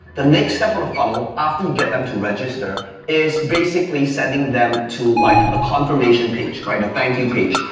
the next step of the funnel after you get them to register is basically sending them to like a confirmation page, right? a thank you page.